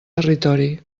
territori